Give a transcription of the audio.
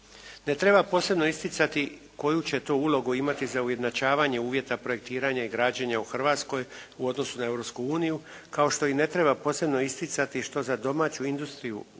Ne treba posebno isticati koju će to ulogu imati za ujednačavanje uvjeta projektiranja i građenja u Hrvatskoj u odnosu na Europsku uniju, kao što i ne treba posebno isticati što za domaću industriju